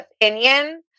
opinion